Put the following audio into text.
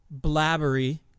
blabbery